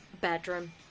Bedroom